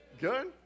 Good